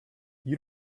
you